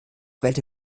wählte